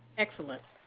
excellent.